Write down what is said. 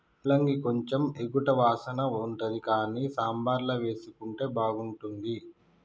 ముల్లంగి కొంచెం ఎగటు వాసన ఉంటది కానీ సాంబార్ల వేసుకుంటే బాగుంటుంది